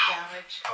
damage